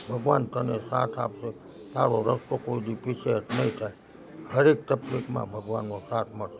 ભગવાન તને સાથ આપે તારો રસ્તો કોઈ દી પીછે હઠ નહીં થાય દરેક તકલીફમાં ભગવાનનો સાથ મળશે